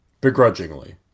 Begrudgingly